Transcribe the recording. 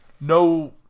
no